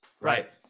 Right